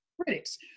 critics